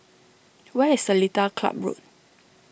where is Seletar Club Road